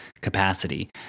capacity